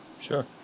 Sure